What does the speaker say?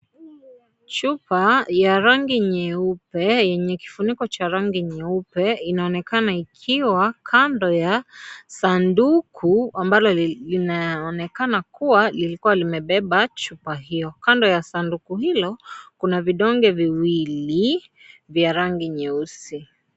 Chupa ya rangi nyeupe yenye kifuniko cha rangi nyeupe inaonekana ikiwa kando ya sanduku ambalo linaonekana kuwa lilikuwa limebeba chupa hiyo, kando ya sanduku hilo kuna vidonge viwili vya rangi nyeusi.